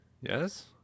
yes